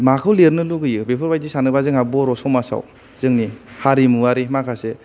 माखौ लेरनो लुबैयो बेफोरबायदि साननोबा जोंहा बर' समाजाव जोंनि हारिमुवारि माखासे